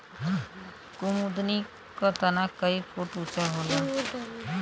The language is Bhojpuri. कुमुदनी क तना कई फुट ऊँचा होला